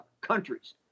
countries